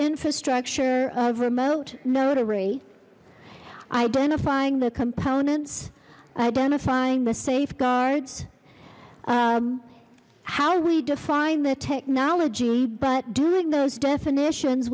infrastructure of remote notary identifying the components identifying the safeguards how we define the technology but doing those definitions